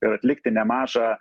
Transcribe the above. ir atlikti nemažą